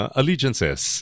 allegiances